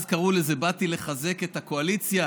אז קראו לזה: באתי לחזק את הקואליציה